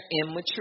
immature